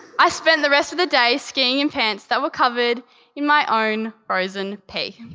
i spent the rest of the day skiing in pants that were covered in my own frozen pee.